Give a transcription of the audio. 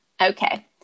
Okay